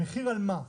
המחיר על מה?